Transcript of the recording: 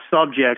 subjects